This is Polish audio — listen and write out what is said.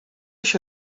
się